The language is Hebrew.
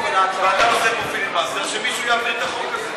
ואתה עושה פה פיליבסטר שמישהו יעביר את החוק הזה.